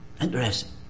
Interesting